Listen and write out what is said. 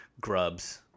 grubs